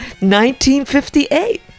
1958